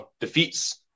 defeats